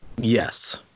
Yes